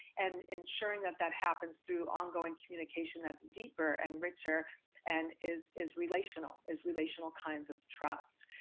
and ensuring that that happens through ongoing communication that's deeper and richer and is is relational is relational kinds of trust.